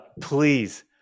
please